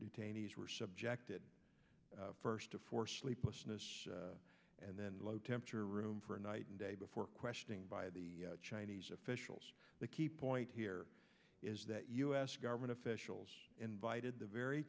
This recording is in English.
detainees were subjected first to for sleeplessness and then low temperature room for a night and day before questioning by the chinese officials the key point here is that u s government officials invited the very